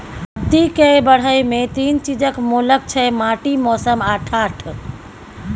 लत्ती केर बढ़य मे तीन चीजक मोल छै माटि, मौसम आ ढाठ